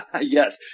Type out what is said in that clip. Yes